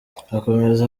akomeza